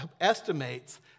estimates